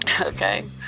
okay